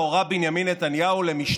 בשלוש לפנות בוקר ביום שבת,